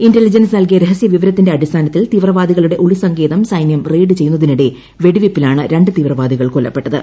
intelligence നൽകിയ രഹസ്യ വിവരത്തിന്റെ അടിസ്ഥാനത്തിൽ തീവ്രവാദികളുടെ ഒളിസങ്കേതം സൈനൃം റെയിഡ് ചെയ്യുന്നതിനിടെ വെടിവയ്പ്പിലാണ് രണ്ട് തീവ്രവാദികൾ കൊല്ലപ്പെട്ടത്